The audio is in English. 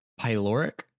pyloric